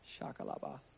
shakalaba